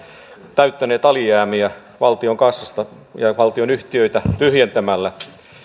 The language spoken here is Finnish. täyttäneet alijäämiä valtion kassasta ja valtionyhtiöitä tyhjentämällä